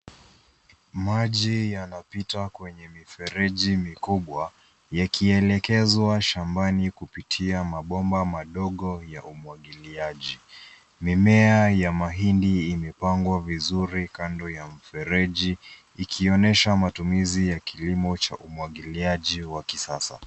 Maji yanapita kwenye mifereji mikubwa yakielekezwa shambani kupitia mabomba madogo ya umwagiliaji. Mimea ya mahindi imepangwa vizuri kando ya mifereji ikionyesha matumizi ya kilimo cha umwagiliaji wa kisasa.